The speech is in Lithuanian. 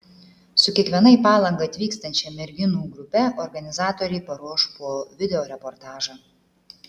su kiekviena į palangą atvyksiančia merginų grupe organizatoriai paruoš po video reportažą